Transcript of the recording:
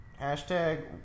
Hashtag